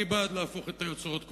אני בעד להפוך קודם כול את היוצרות,